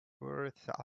worth